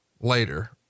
later